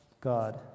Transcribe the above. God